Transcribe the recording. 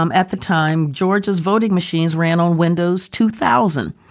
um at the time, georgia's voting machines ran on windows two thousand.